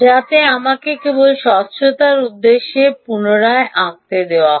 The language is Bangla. যাতে আমাকে কেবল স্বচ্ছতার উদ্দেশ্যে পুনরায় আঁকতে দেওয়া হয়